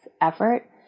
effort